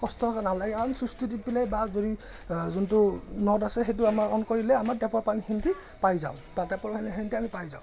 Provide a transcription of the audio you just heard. কষ্ট যেন নালাগে আৰু চুইছটো টিপিলেই বা যদি যোনটো নট আছে সেইটো আমাৰ অন কৰিলে আমাৰ টেপৰ পানীখিনি পাই যাওঁ বা টেপৰ পানীখিনিকে আমি পাই যাওঁ